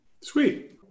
Sweet